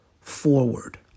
forward